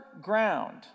ground